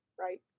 right